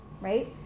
right